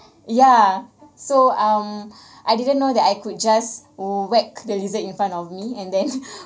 ya so um I didn't know that I could just whack the lizard in front of me and then